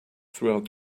throughout